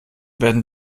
werden